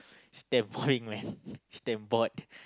it's damn bring man it's damn bored